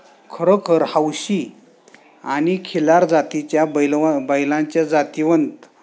खरोखर हौशी आणि खिलार जातीच्या बैलवा बैलांच्या जातीवंत